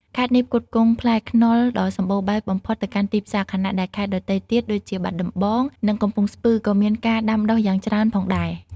ខេត្តនេះផ្គត់ផ្គង់ផ្លែខ្នុរដ៏សម្បូរបែបបំផុតទៅកាន់ទីផ្សារ ខណៈដែលខេត្តដទៃទៀតដូចជាបាត់ដំបង និងកំពង់ស្ពឺក៏មានការដាំដុះយ៉ាងច្រើនផងដែរ។